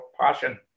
passion